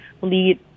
lead